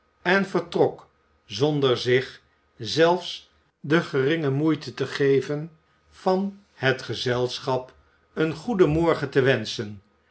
en vertrok zonder zich zelfs de geringe moeite te geven van het gezelschap een goeden morgen te wenschen